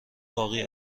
باقی